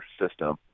system